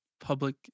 public